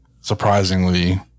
surprisingly